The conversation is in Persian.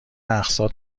اقساط